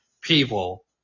people